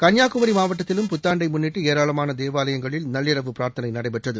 கன்னியாகுமரி மாவட்டத்திலும் புத்தாண்டை முன்னிட்டு ஏராளமான தேவாலயங்களில் நள்ளிரவு பிரார்த்தனை நடைபெற்றது